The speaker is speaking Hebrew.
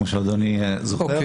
כמו שאדוני זוכר,